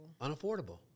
Unaffordable